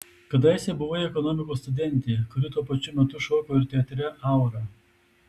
kadaise buvai ekonomikos studentė kuri tuo pačiu metu šoko ir teatre aura